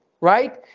Right